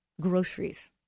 groceries